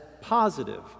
positive